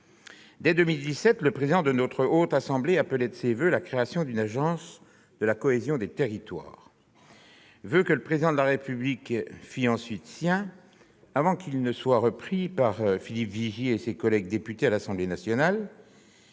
Dès 2017, le président de la Haute Assemblée appelait de ses voeux la création d'une agence de la cohésion des territoires, voeux que le Président de la République fit ensuite siens, avant qu'ils ne soient repris par Philippe Vigier et ses collègues députés à l'Assemblée nationale,